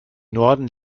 norden